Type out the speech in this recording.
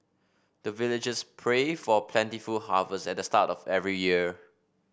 the villagers pray for plentiful harvest at the start of every year